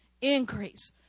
Increase